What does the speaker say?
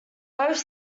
both